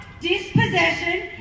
dispossession